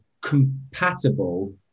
compatible